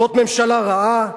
"זאת ממשלה רעה,